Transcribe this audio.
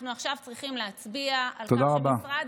אנחנו עכשיו צריכים להצביע על כך שמשרד,